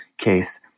Case